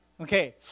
Okay